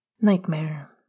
Nightmare